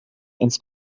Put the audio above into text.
ins